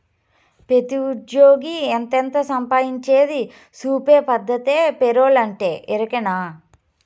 పెతీ ఉజ్జ్యోగి ఎంతెంత సంపాయించేది సూపే పద్దతే పేరోలంటే, ఎరికనా